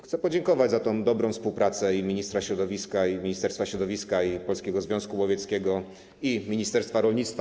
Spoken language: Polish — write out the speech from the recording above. Chcę podziękować za tę dobrą współpracę ministra środowiska, Ministerstwa Środowiska i Polskiego Związku Łowieckiego, a także ministerstwa rolnictwa.